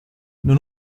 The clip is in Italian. non